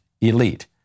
elite